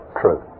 true